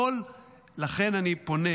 לכן אני פונה